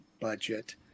budget